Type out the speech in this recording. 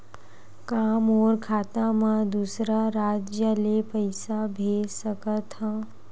का मोर खाता म दूसरा राज्य ले पईसा भेज सकथव?